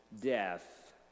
death